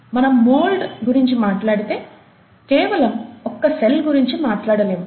మనం మోల్డ్ గురించి మాట్లాడితే కేవలం ఒక్క సెల్ గురించి మాట్లాడలేము